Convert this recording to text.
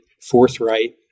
forthright